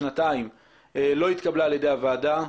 להאריך בשנתיים לא התקבלה על ידי הוועדה.